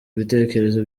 ibitekerezo